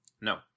No